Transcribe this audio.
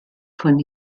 von